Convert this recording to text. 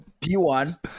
P1